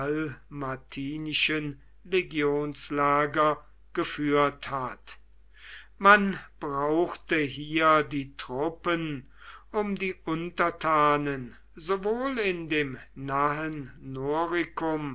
dalmatinischen legionslager geführt hat man brauchte hier die truppen um die untertanen sowohl in dem nahen